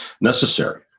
necessary